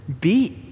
beat